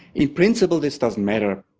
in principle this doesn't matter.